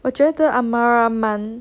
我觉得 amara 蛮